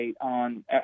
on